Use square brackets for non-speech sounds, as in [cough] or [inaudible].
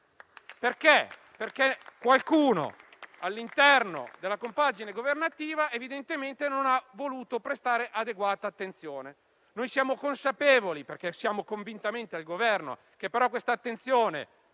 identità, perché qualcuno, all'interno della compagine governativa, evidentemente non ha voluto prestare adeguata attenzione. [applause] Noi siamo consapevoli, perché siamo convintamente al Governo, che però questa attenzione